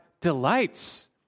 delights